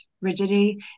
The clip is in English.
rigidity